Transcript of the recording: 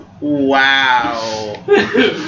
wow